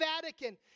Vatican